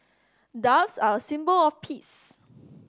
doves are a symbol of peace